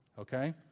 okay